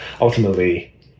ultimately